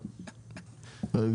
--- לא.